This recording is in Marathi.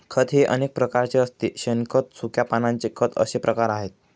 खत हे अनेक प्रकारचे असते शेणखत, सुक्या पानांचे खत असे प्रकार आहेत